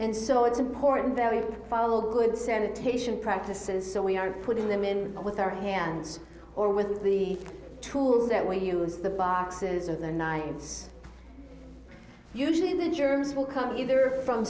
and so it's important that we follow good sanitation practices so we are putting them in with our hands or with the tools that we use the boxes of the nights usually the germs will come either from